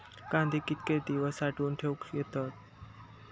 कांदे कितके दिवस साठऊन ठेवक येतत?